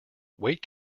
weight